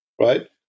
right